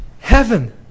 heaven